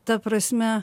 ta prasme